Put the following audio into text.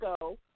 go